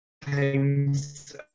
times